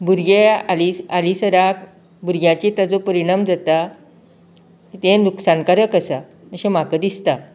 भुरगें हालीं हालींसराक भुरग्यांचेर ताचो परिणाम जाता ते नुकसाणकारक आसा अशें म्हाका दिसता